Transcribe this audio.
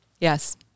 Yes